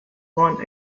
won